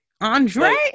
Andre